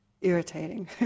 irritating